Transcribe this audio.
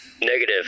Negative